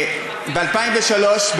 ב-2003,